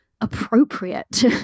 appropriate